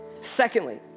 Secondly